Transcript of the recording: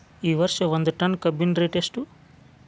ಈ ವರ್ಷ ಒಂದ್ ಟನ್ ಕಬ್ಬಿನ ರೇಟ್ ಎಷ್ಟು?